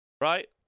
Right